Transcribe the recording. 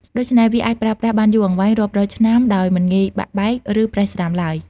ដូច្នេះ វាអាចប្រើប្រាស់បានយូរអង្វែងរាប់រយឆ្នាំដោយមិនងាយបាក់បែក ឬប្រេះស្រាំឡើយ។